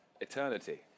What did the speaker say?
eternity